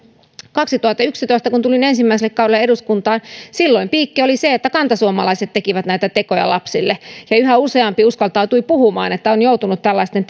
kaksituhattayksitoista tulin ensimmäiselle kaudelle eduskuntaan silloin piikki oli se että kantasuomalaiset tekivät näitä tekoja lapsille ja yhä useampi uskaltautui puhumaan että on joutunut tällaisten